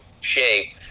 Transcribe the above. shape